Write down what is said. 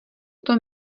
tom